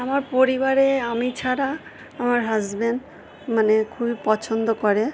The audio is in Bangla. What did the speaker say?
আমার পরিবারে আমি ছাড়া আমার হাজব্যান্ড মানে খুবই পছন্দ করে